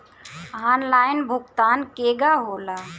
Online भुगतान केगा होला?